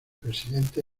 presidente